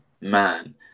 man